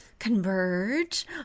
converge